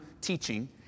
teaching